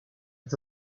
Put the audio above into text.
das